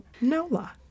Nola